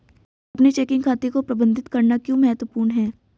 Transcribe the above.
अपने चेकिंग खाते को प्रबंधित करना क्यों महत्वपूर्ण है?